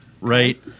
Right